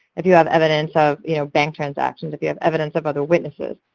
if you have evidence of you know bank transactions, if you have evidence of other witnesses,